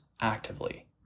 actively